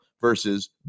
versus